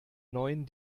neuen